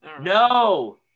No